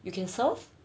you can serve